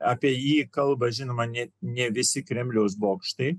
apie jį kalba žinoma ne ne visi kremliaus bokštai